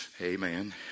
Amen